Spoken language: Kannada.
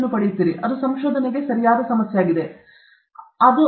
D ಅನ್ನು ಪಡೆಯುತ್ತೀರಿ ಅದು ಸಂಶೋಧನೆಗೆ ಸರಿಯಾದ ಸಮಸ್ಯೆಯಾಗಿದೆ ನೀವು ಪಾಯಿಂಟ್ ಪಡೆಯುತ್ತೀರಾ